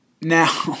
Now